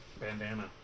Bandana